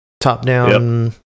top-down